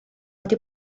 wedi